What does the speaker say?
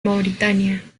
mauritania